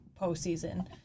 postseason